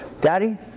Daddy